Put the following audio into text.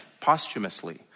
posthumously